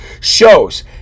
shows